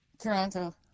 Toronto